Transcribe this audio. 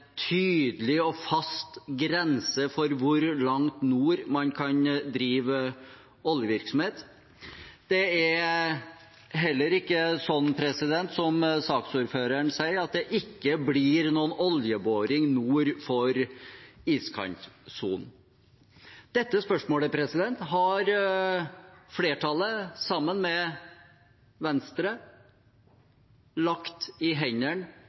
tydelig og fast grense for hvor langt nord man kan drive oljevirksomhet. Det er heller ikke sånn, som saksordføreren sier, at det ikke blir noen oljeboring nord for iskantsonen. Dette spørsmålet har flertallet, sammen med Venstre, lagt i